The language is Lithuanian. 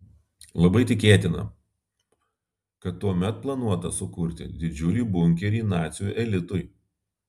labai tikėtina kad tuomet planuota sukurti didžiulį bunkerį nacių elitui